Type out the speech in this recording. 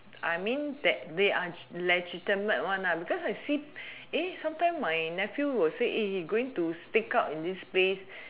I mean that they are legitimate one because I see sometime my nephew will say you stake out this space